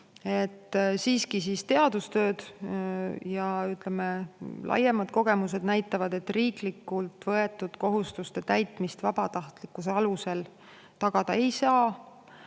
Siiski näitavad teadustööd ja laiemad kogemused, et riiklikult võetud kohustuste täitmist vabatahtlikkuse alusel tagada ei saa.